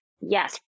yes